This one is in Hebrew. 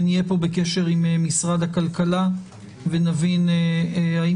ונהיה פה בקשר עם משרד הכלכלה ונבין האם